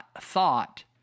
thought